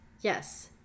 yes